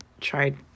tried